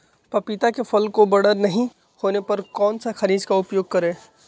पपीता के फल को बड़ा नहीं होने पर कौन सा खनिज का उपयोग करें?